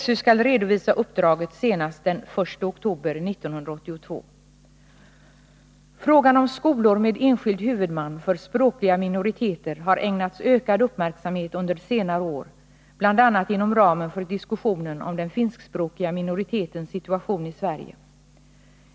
SÖ skall redovisa uppdraget senast den 1 oktober 1982. Frågan om skolor med enskild huvudman för språkliga minoriteter har ägnats ökad uppmärksamhet under senare år. bl.a. inom ramen för diskussionen om den finskspråkiga minoritetens situation i Sverige.